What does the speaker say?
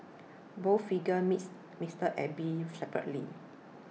both figures meets Mister Abe separately